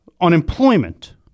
unemployment